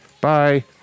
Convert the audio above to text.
Bye